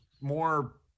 more